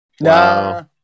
No